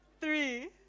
three